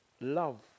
love